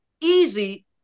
easy